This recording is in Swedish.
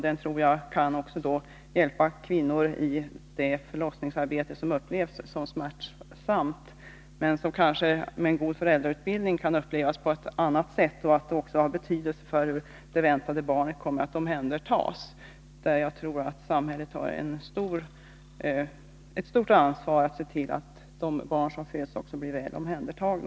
Det förlossningsarbete som annars upplevs som smärtsamt kan kanske med en god föräldrautbildning upplevas på ett annat sätt. Det har nog också betydelse för hur det väntade barnet kommer att omhändertas. Samhället har ett stort ansvar för att se till att de barn som föds också blir väl omhändertagna.